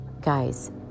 Guys